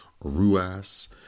Ruas